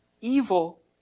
Evil